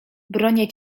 bronię